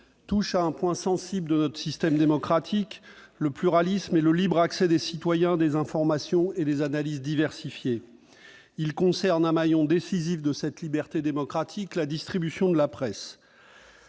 touche à un point sensible de notre système démocratique, à savoir le pluralisme et le libre accès des citoyens à des informations et des analyses diversifiées. Il concerne un maillon décisif de cette liberté démocratique : la distribution de la presse.